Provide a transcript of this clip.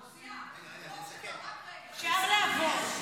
אפשר לעבור.